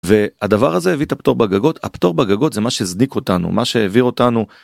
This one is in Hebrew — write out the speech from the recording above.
והדבר הזה הביא את הפטור בגגות, הפטור בגגות זה מה שהצדיק אותנו, מה שהעביר אותנו